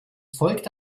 folgte